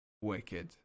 wicked